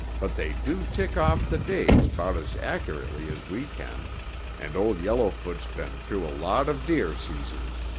but they do tick off the days about as accurately as we can and old yellowfoot's been through a lot of deer seasons.